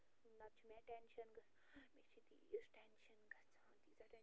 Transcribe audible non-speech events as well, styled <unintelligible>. نَتہٕ چھُ مےٚ ٹٮ۪نشن <unintelligible> مےٚ چھِ تیٖژ ٹٮ۪نشن گَژھان تیٖژاہ ٹٮ۪نشن گَژھان